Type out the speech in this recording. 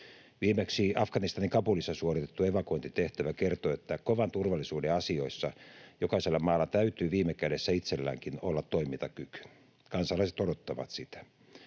Viimeksi Afganistanin Kabulissa suoritettu evakuointitehtävä kertoo, että kovan turvallisuuden asioissa jokaisella maalla täytyy viime kädessä itselläänkin olla toimintakyky. Kansalaiset odottavat sitä.